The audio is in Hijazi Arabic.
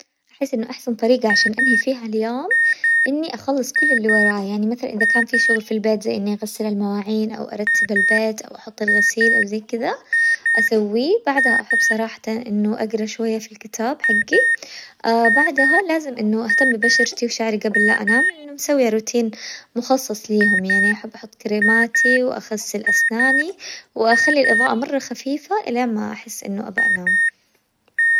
أحس إنه أحسن طريقة عشان أنهي فيها اليوم إني أخلص كل اللي ورايا، يعني إذا كان في شغل في البيت زي إنه أغسل المواعين أو أرتب البيت أو أحط الغسيل أو زي كذا، أسويه بعدها أحب صراحةً إنه أقرا شوية في الكتاب حقي، بعدها لازم إنه أهتم ببشرتي وشعري قبل لا أنام لأنه مسوية روتين مخصص ليهم، يعني أحب أحط كريماتي وأغسل أسناني وأخلي الإظاءة مرة خفيفة إلين ما أحس أبي أنام.